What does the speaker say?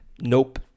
Nope